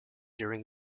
during